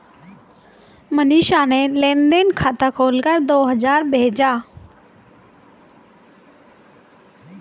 मनीषा ने लेन देन खाता खोलकर दो हजार भेजा